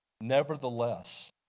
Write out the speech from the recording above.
Nevertheless